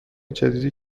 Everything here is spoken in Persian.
جدیدی